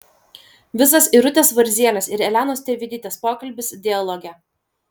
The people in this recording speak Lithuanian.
visas irutės varzienės ir elenos tervidytės pokalbis dialoge